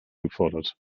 gefordert